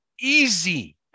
easy